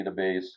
database